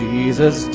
Jesus